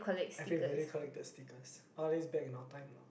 everybody collected stickers or at least back in our time lah